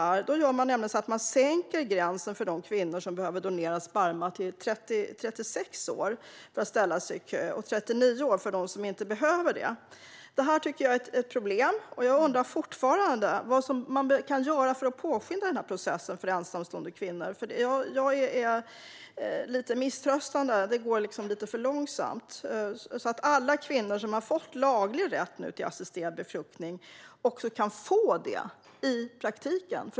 Där sänker man nämligen åldersgränsen för de kvinnor som behöver donerad sperma till 36 år och till 39 år för dem som inte behöver detta för att få ställa sig i kö. Det tycker jag är ett problem. Jag undrar fortfarande vad man kan göra för att påskynda processen för ensamstående kvinnor. Jag är lite misströstande, för det går för långsamt. Jag vill att alla kvinnor som nu har fått laglig rätt till assisterad befruktning också kan få det i praktiken.